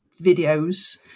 videos